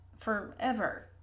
Forever